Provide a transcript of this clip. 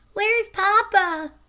where's papa?